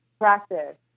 practice